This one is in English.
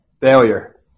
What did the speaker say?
failure